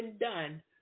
done